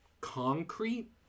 concrete